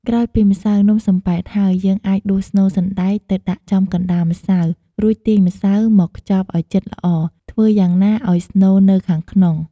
ក្រោយពីម្សៅនំសំប៉ែតហើយ យើងអាចដួសស្នូលសណ្ដែកទៅដាក់ចំកណ្ដាលម្សៅ រួចទាញម្សៅមកខ្ចប់ឲ្យជិតល្អ ធ្វើយ៉ាងណាឲ្យស្នូលនៅខាងក្នុង។